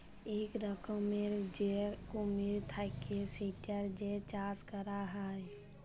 ইক রকমের যে কুমির থাক্যে সেটার যে চাষ ক্যরা হ্যয়